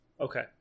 Okay